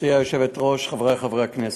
היושבת-ראש, חברי חברי הכנסת,